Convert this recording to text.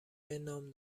نام